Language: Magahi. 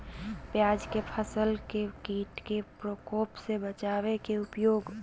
प्याज के फसल के कीट के प्रकोप से बचावे के उपाय?